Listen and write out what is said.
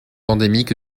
endémique